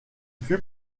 fut